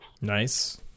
Nice